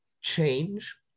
change